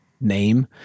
name